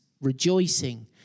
rejoicing